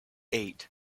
eight